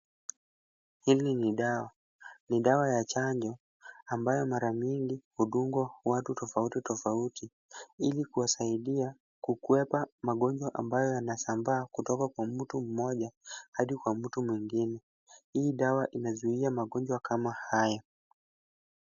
Hili ni dawa. Ni dawa ya chanjo ambayo mara mingi hudungwa watu tofauti tofauti ili kuwasaidia kukwepa magonjwa ambayo yanasambaa kutoka kwa mtu mmoja hadi kwa mtu mwingine. Hii dawa inazuia magonjwa kama haya.